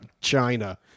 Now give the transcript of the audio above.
China